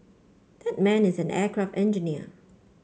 that man is an aircraft engineer